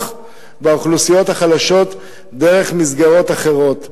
באוכלוסיות החלשות דרך מסגרות אחרות,